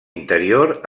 interior